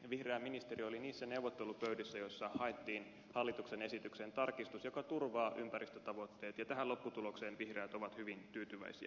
vihreä ministeri oli niissä neuvottelupöydissä joissa haettiin hallituksen esitykseen tarkistus joka turvaa ympäristötavoitteet ja tähän lopputulokseen vihreät ovat hyvin tyytyväisiä